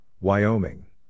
Wyoming